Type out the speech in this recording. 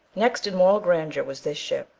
next in moral grandeur, was this ship,